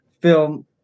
film